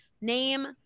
Name